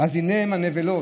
אז הינה הם, הנבלות,